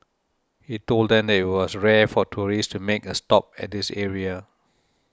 he told them that it was rare for tourists to make a stop at this area